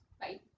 Bye